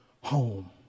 home